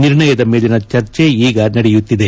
ನಿರ್ಣಯದ ಮೇಲಿನ ಚರ್ಚೆ ಈಗ ನಡೆಯುತ್ತಿದೆ